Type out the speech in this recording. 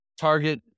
target